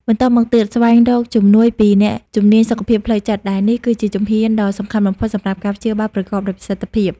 បន្ទាប់មកទៀត ស្វែងរកជំនួយពីអ្នកជំនាញសុខភាពផ្លូវចិត្តដែលនេះគឺជាជំហានដ៏សំខាន់បំផុតសម្រាប់ការព្យាបាលប្រកបដោយប្រសិទ្ធភាព។